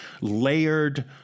layered